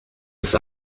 ist